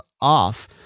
off